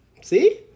See